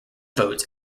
votes